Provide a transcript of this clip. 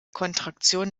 kontraktion